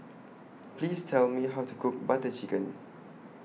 Please Tell Me How to Cook Butter Chicken